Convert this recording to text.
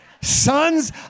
Sons